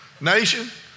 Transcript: Nation